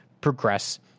progress